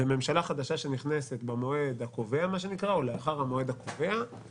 וממשלה חדשה שנכנסת ב"מועד הקובע" מה שנקרא או "לאחר המועד הקובע",